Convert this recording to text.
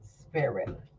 spirit